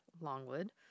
Longwood